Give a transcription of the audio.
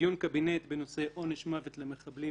דיון קבינט בנושא עונש מוות למחבלים,